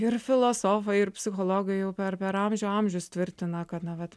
ir filosofai ir psichologai jau per per amžių amžius tvirtina kad na vat